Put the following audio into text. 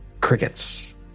Crickets